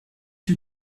you